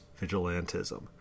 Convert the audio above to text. vigilantism